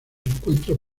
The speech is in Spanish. encuentran